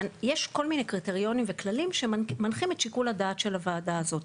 יש כל מיני קריטריונים וכללים שמנחים את שיקול הדעת של הוועדה הזאת,